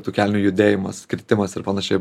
tų kelnių judėjimas kritimas ir panašiai